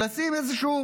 לשים איזשהו